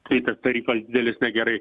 kai tas tarifas didelis negerai